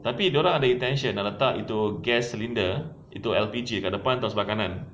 tapi dia orang ada intention nak letak itu gas cylinder itu L_P_G sebelah kanan